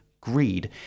greed